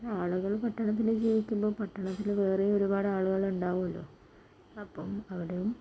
ആളുകൾ പട്ടണത്തില് ജീവിക്കുമ്പോൾ പട്ടണത്തില് വേറെയും ഒരുപാട് ആളുകളുണ്ടാവുല്ലോ അപ്പം അവിടെയും